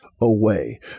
away